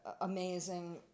amazing